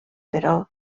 però